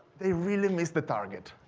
they really missed the target.